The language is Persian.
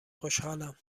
خوشحالم